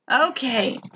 Okay